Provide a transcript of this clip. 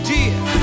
Dear